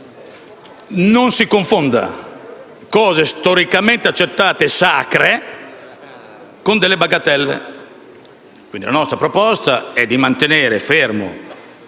non si confondano cose storicamente accertate e sacre, con delle bagattelle. Quindi, la nostra proposta è quella di mantenere fermo